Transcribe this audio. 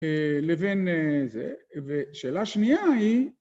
לבין זה, ושאלה שנייה היא